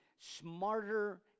smarter